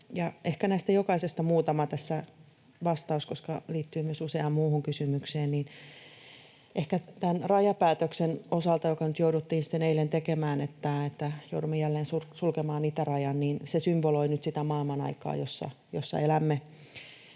näistä jokaisesta tässä vastaus, koska liittyvät myös useaan muuhun kysymykseen. Tämän rajapäätöksen osalta, joka nyt jouduttiin sitten eilen tekemään, että joudumme jälleen sulkemaan itärajan: Se symboloi nyt sitä maailmanaikaa, jossa elämme.